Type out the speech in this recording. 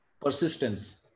persistence